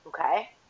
okay